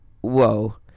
whoa